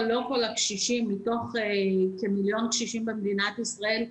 מתוך כמיליון קשישים במדינת ישראל,